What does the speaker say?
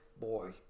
boy